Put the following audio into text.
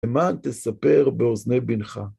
למען תספר באוזני בנך